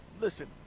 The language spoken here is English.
listen